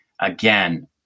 again